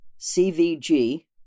CVG